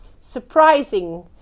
surprising